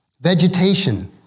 vegetation